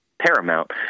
paramount